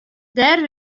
dêr